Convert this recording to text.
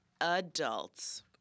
adults